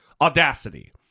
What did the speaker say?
audacity